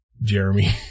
Jeremy